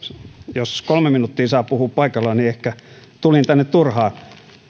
jos kolme minuuttia saa puhua paikaltaan niin ehkä tulin tänne turhaan